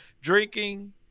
drinking